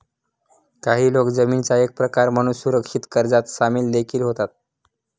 काही लोक जामीनाचा एक प्रकार म्हणून सुरक्षित कर्जात सामील देखील होतात